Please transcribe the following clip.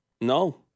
No